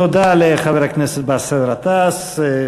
תודה לחבר הכנסת באסל גטאס.